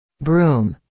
Broom